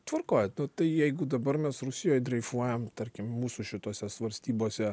tvarkoj nu tai jeigu dabar mes rusijoj dreifuojam tarkim mūsų šitose svarstybose